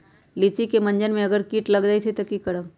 लिचि क मजर म अगर किट लग जाई त की करब?